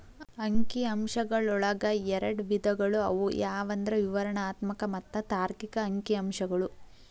ಅಂಕಿ ಅಂಶಗಳೊಳಗ ಎರಡ್ ವಿಧಗಳು ಅವು ಯಾವಂದ್ರ ವಿವರಣಾತ್ಮಕ ಮತ್ತ ತಾರ್ಕಿಕ ಅಂಕಿಅಂಶಗಳು